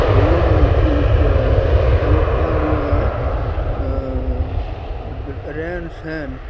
ਹੋਰ ਲੋਕਾਂ ਦੀਆਂ ਰਹਿਣ ਸਹਿਣ